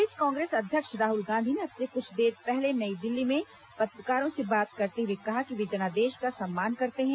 इस बीच कांग्रेस अध्यक्ष राहुल गांधी ने अब से कुछ देर पहले नई दिल्ली में पत्रकारों से बात करते हुए कहा कि वे जनादेश का सम्मान करते हैं